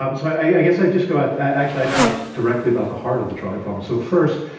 um so, i guess i just go out actually, i talked directly about the heart of the trolley problem. so first,